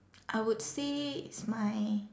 I would say it's my